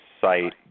site